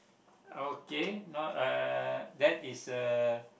okay not uh that is a